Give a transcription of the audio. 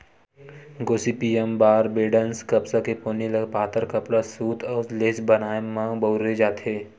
Gossypium बारबेडॅन्स कपसा के पोनी ल पातर कपड़ा, सूत अउ लेस बनाए म बउरे जाथे